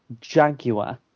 jaguar